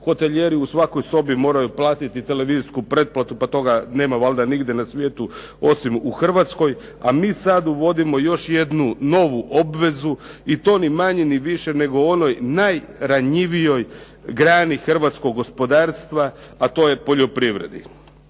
Hotelijeri u svakoj sobi moraju platiti televizijsku pretplatu, pa toga nema valjda nigdje na svijetu, osim u Hrvatskoj. A mi sad uvodimo još jednu novu obvezu i to ni manje ni više nego onoj najranjivijoj grani hrvatskog gospodarstva, a to je poljoprivredi.